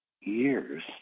years